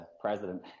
president